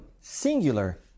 singular